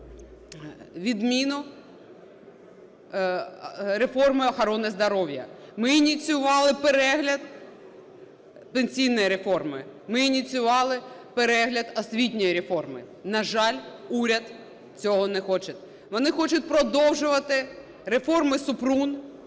відміну реформи охорони здоров'я. Ми ініціювали перегляд пенсійної реформи. Ми ініціювали перегляд освітньої реформи. На жаль, уряд цього не хоче. Вони хочуть продовжувати реформи Супрун,